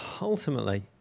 Ultimately